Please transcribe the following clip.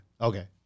Okay